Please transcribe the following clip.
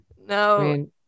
No